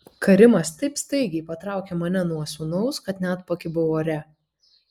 karimas taip staigiai patraukė mane nuo sūnaus kad net pakibau ore